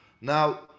now